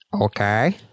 Okay